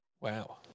Wow